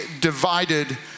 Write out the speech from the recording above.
divided